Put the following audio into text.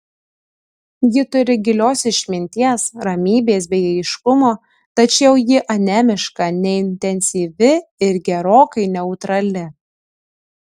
ji turi gilios išminties ramybės bei aiškumo tačiau ji anemiška neintensyvi ir gerokai neutrali